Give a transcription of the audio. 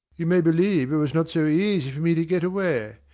you may believe it was not so easy for me to get away.